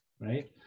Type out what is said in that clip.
right